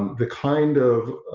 the kind of